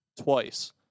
twice